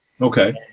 Okay